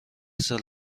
سال